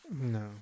no